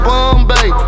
Bombay